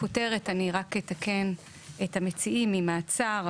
את הכותרת רק אתקן את המציעים עם מעצר,